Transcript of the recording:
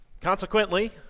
Consequently